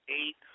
eight